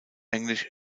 englisch